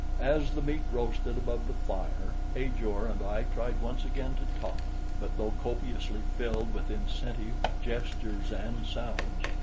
as the meat roasted above the fire, ajor and i tried once again to talk but though copiously filled with incentive, gestures and sounds,